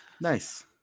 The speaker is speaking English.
Nice